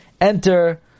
enter